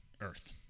Earth